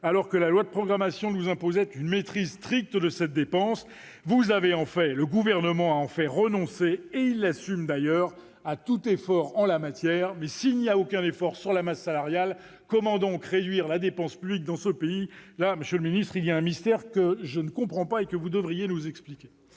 alors que la loi de programmation nous imposait une maîtrise stricte de la dépense. Le Gouvernement a en fait renoncé, en l'assumant, d'ailleurs, à tout effort en la matière. Mais sans aucun effort sur la masse salariale, comment donc réduire la dépense publique dans ce pays ? Monsieur le ministre, il y a là un mystère que je ne comprends pas et que vous devriez nous expliquer.